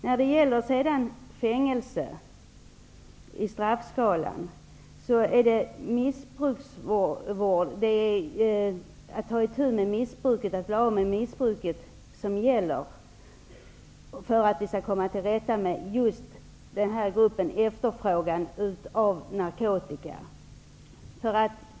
När det gäller frågan om fängelse i straffskalan är det väsentliga att människor blir av med missbruket. Det är viktigt för att vi skall komma till rätta med den grupp som efterfrågar narkotika.